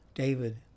David